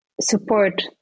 support